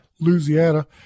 Louisiana